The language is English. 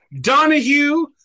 Donahue